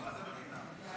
אבל זה לא נכון, מה זה בחינם?